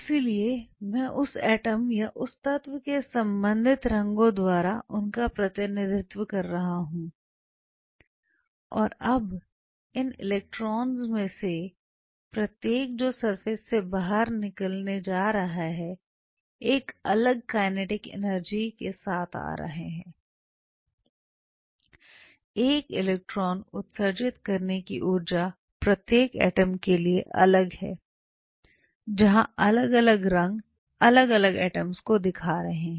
इसलिए मैं उस एटम या उस तत्व के संबंधित रंगों द्वारा उनका प्रतिनिधित्व कर रहा हूं और अब इन इलेक्ट्रॉनों में से प्रत्येक जो सरफेस से बाहर निकाले जाते हैं एक अलग काइनेटिक एनर्जी के साथ आ रहे हैं एक इलेक्ट्रॉन उत्सर्जित करने की ऊर्जा प्रत्येक एटम के लिए अलग है जहां अलग अलग रंग अलग अलग एटम्स को दिखा रहे हैं